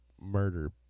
murder